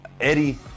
Eddie